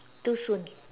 too soon